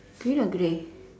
green or grey